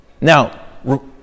Now